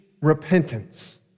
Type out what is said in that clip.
repentance